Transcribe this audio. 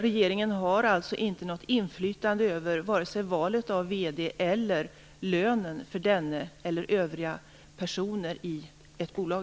Regeringen har alltså inte något inflytande över vare sig valet av vd eller lönen för denne eller övriga personer i ett bolag.